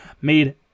made